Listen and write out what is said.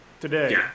today